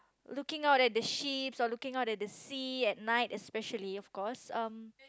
looking out at the ships or looking out at the sea at night especially of course um